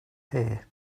here